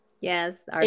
Yes